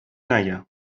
نگم